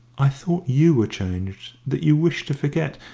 i thought you were changed, that you wished to forget,